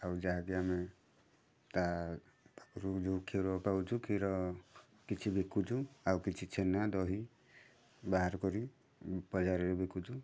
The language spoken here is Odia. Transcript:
ଆଉ ଯାହାକି ଆମେ ତା ପାଖରୁ ଯେଉଁ କ୍ଷୀର ପାଉଛୁ କ୍ଷୀର କିଛି ବିକୁଛୁ ଆଉ କିଛି ଛେନା ଦହି ବାହାର କରି ବଜାରରେ ବିକୁଛୁ